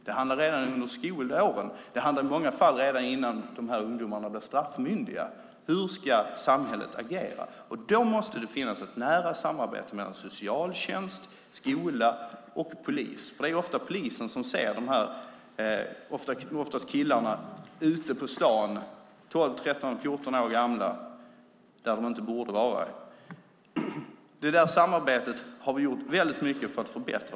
Det handlar om tiden redan under skolåren och i många fall om tiden redan innan ungdomarna blev straffmyndiga och hur samhället ska agera. Då måste det finnas ett nära samarbete mellan socialtjänst, skola och polis, för det är ofta polisen som ser de här, oftast killarna, 12-14 år gamla, ute på stan där de inte borde vara. Det här samarbetet har vi gjort väldigt mycket för att förbättra.